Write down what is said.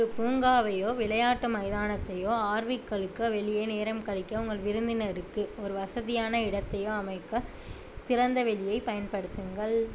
ஒரு பூங்காவையோ விளையாட்டு மைதானத்தையோ ஆர்விக்களுக்கு வெளியே நேரம் கழிக்க உங்கள் விருந்தினருக்கு ஒரு வசதியான இடத்தையோ அமைக்க திறந்தவெளியைப் பயன்படுத்துங்கள்